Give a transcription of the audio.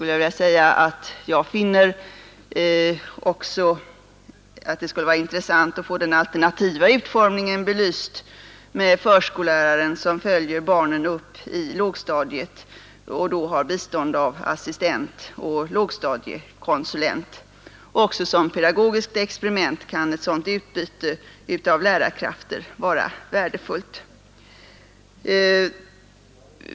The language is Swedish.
Jag tycker att det skulle vara intressant att också få den alternativa utformningen belyst, dvs. att förskolläraren följer barnen upp i lågstadiet och då har bistånd av assistent och lågstadiekonsulent. Också som pedagogiskt experiment kan ett sådant utbyte av lärarkrafter vara värdefullt.